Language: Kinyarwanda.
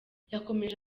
yakomeje